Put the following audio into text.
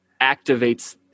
activates